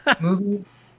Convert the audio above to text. movies